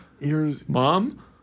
Mom